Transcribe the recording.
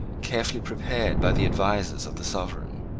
carefully prepared by the advisers of the sovereign.